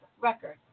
record